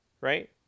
right